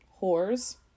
Whores